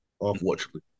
unfortunately